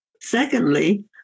Secondly